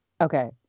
Okay